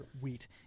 wheat